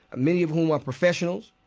many of whom are professionals.